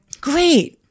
great